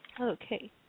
Okay